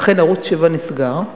אכן ערוץ-7 נסגר.